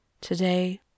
today